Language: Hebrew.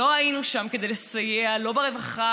לא היינו שם כדי לסייע ברווחה,